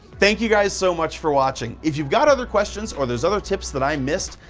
thank you guys so much for watching. if you've got other questions, or there's other tips that i missed,